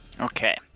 Okay